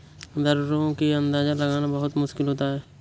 दरों का अंदाजा लगाना बहुत ज्यादा मुश्किल होता है